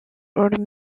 old